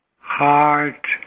Heart